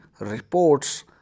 reports